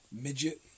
midget